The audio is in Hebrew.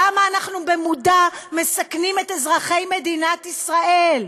למה אנחנו במודע מסכנים את אזרחי מדינת ישראל?